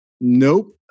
Nope